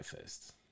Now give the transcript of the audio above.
first